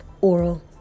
oral